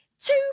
two